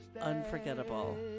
Unforgettable